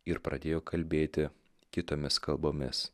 ir pradėjo kalbėti kitomis kalbomis